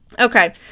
okay